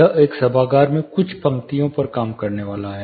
यह एक सभागार में कुछ पंक्तियों पर काम करने वाला है